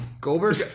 Goldberg